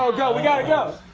go, go, we gotta go.